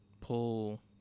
pull